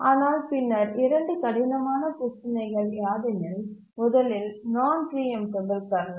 ஆனால் பின்னர் இரண்டு கடினமான பிரச்சினைகள் யாதெனில் முதலில் நான் பிரீஎம்டபல் கர்னல்